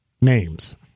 names